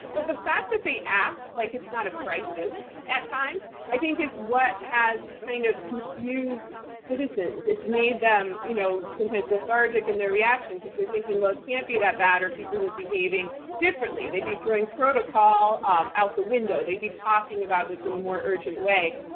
but the fact that they act like it's not a crisis at times i think is what has kind of confused citizens. it's made them you know sometimes lethargic in their reaction because they're thinking, well, it can't be that bad or people would be behaving differently. they'd be throwing protocol um out the window. they'd be talking about this in a more urgent way.